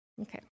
Okay